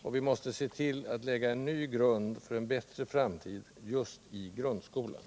Och vi måste se till att lägga en ny grund för en bättre framtid just i grundskolan.